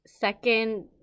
second